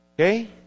Okay